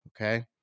Okay